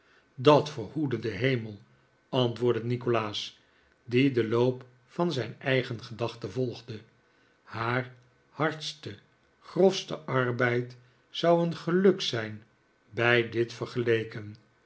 dat verhoede de hemel antwoordde nikolaas die den loop van zijn eigen gedachten volgde haar hardste grofste arbeid zou een geluk zijn bij dit vergeleken